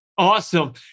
Awesome